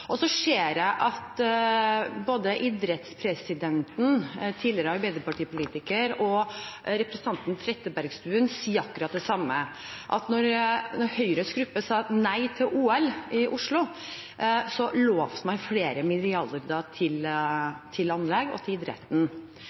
ser at både idrettspresidenten – tidligere arbeiderpartipolitiker – og representanten Trettebergstuen sier akkurat det samme, at når Høyres gruppe sa nei til OL i Oslo, så lovet man flere milliarder til anlegg og til idretten.